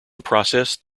processed